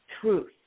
truth